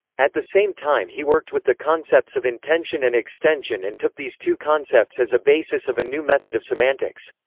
at the same time he worked with the concepts of intension and extension and took these two concepts as a basis of a new method of semantics.